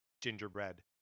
gingerbread